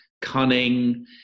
cunning